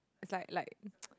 it's like like